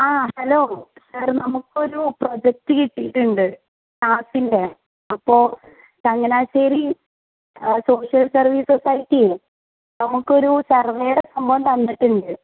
ആ hello sir നമുക്കൊരു project കിട്ടിയിട്ടുണ്ട് ക്ലാസിൻ്റെ അപ്പോൾ ചങ്ങനാശ്ശേരി സോഷ്യൽ സർവീസ് സൊസൈറ്റി നമുക്കൊരു സർവ്വേ സംഭവം തന്നിട്ടുണ്ട്